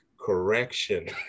correction